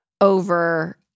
over